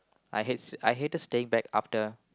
I hate I hated staying back after